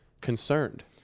concerned